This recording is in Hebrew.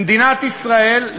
במדינת ישראל,